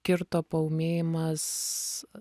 kirto paūmėjimas